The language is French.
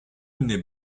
n’est